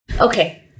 Okay